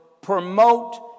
promote